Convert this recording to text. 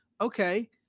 okay